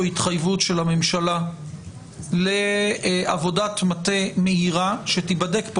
התחייבות של הממשלה לעבודת מטה מהירה - שתיבדק כאן